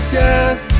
death